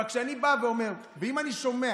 אבל כשאני בא ואומר, ואם אני שומע